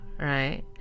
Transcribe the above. right